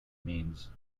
means